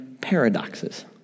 paradoxes